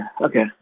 Okay